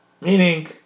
Meaning